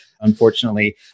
unfortunately